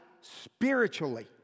spiritually